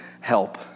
help